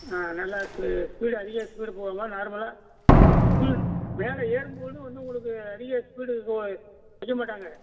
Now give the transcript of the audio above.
ஆ நல்ல ஸ்பீ ஸ்பீடு அதிக ஸ்பீடு போகாம நார்மலாக ஹில்ஸ் ஹில்ஸ் மேலே ஏறும் போதும் வந்து உங்களுக்கு அதிக ஸ்பீடு போக வைக்கமாட்டாங்க